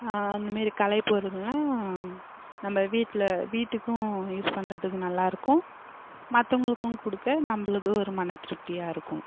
அந்த மாரி கலை பொருளெலாம் நம்ம வீட்டில் வீட்டுக்கும் யூஸ் பண்ணுறதுக்கு நல்லாயிருக்கும் மற்றவங்களுக்கும் கொடுக்க நம்மளுக்கு ஒரு மன திருப்தியாக இருக்கும்